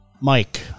Mike